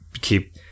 keep